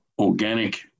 organic